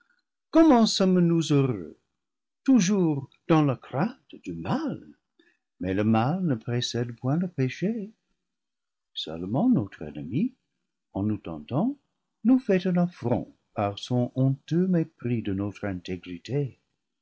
comment sommes-nous heu reux toujours dans la crainte du mal mais le mal ne pré cède point le péché seulement notre ennemi en nous ten tant nous fait un affront par son honteux mépris de notre intégrité